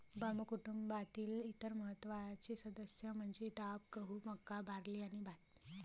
बांबू कुटुंबातील इतर महत्त्वाचे सदस्य म्हणजे डाब, गहू, मका, बार्ली आणि भात